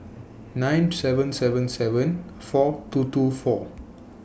nine seven seven seven four two two four